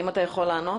האם אתה יכול לענות?